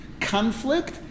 Conflict